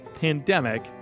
pandemic